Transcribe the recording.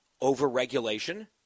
over-regulation